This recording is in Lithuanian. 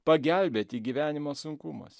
pagelbėti gyvenimo sunkumuos